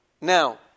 Now